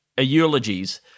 eulogies